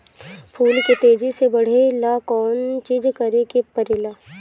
फूल के तेजी से बढ़े ला कौन चिज करे के परेला?